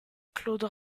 claude